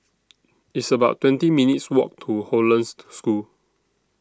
It's about twenty minutes' Walk to Hollandse School